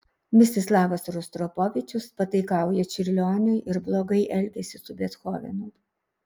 mstislavas rostropovičius pataikauja čiurlioniui ir blogai elgiasi su bethovenu